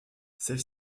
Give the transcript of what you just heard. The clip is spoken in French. celle